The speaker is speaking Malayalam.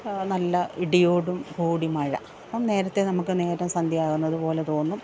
നല്ല ഇടിയോടും കൂടി മഴ അപ്പം നേരത്തെ നമുക്ക് നേരം സന്ധ്യയാവുന്നത് പോലെ തോന്നും